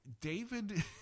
David